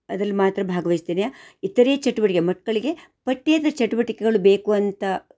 ಅದ್ರಲ್ಲಿ ಮಾತ್ರ ಭಾಗವಯ್ಸ್ತಾರೆ ಯಾಕೆ ಇತರೇ ಚಟುವಟಿಕೆ ಮಕ್ಕಳಿಗೆ ಪಠ್ಯೇತರ ಚಟುವಟಿಕೆಗಳು ಬೇಕು ಅಂತ